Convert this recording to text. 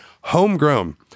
homegrown